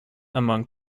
among